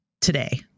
today